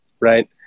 right